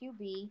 QB